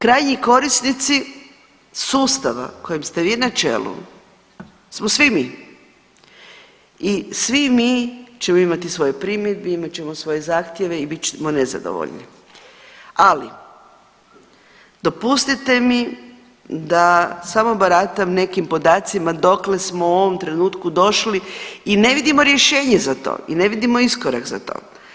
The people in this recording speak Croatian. Krajnji korisnici sustava kojim ste vi na čelu smo svi mi i svi mi ćemo imati svoje primjedbe i imat ćemo svoje zahtjeve i bit ćemo nezadovoljni, ali dopustite mi da samo baratam nekim podacima dokle smo u ovom trenutku došli i ne vidimo rješenje za to i ne vidimo iskorak za to.